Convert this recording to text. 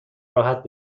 راحت